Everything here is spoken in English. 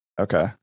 okay